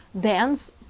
dance